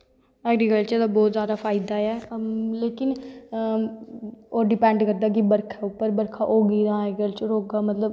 agriculture दा बौह्त जादा फायदा ऐ लेकिन डिपैंड करदा वर्खा उप्पर बरखा होगी तां ऐग्रीतल्चर होगा मतलव